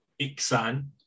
Iksan